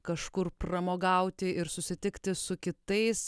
kažkur pramogauti ir susitikti su kitais